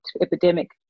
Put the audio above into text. epidemic